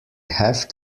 have